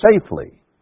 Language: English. safely